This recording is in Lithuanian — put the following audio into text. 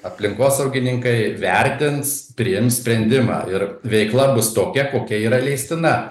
aplinkosaugininkai vertins priims sprendimą ir veikla bus tokia kokia yra leistina